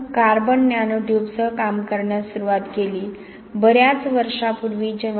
आपण carbon nano ट्यूबसह काम करण्यास सुरुवात केली बर्याच वर्षांपूर्वी